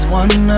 one